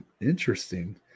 interesting